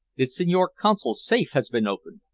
the signor console's safe has been opened!